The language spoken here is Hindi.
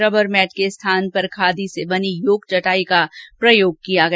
रबर मैट के स्थान पर खादी से बनी योग चटाई का प्रयोग किया गया